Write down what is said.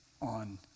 on